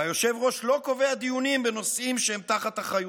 והיושב-ראש לא קובע דיונים בנושאים שהם תחת אחריותה.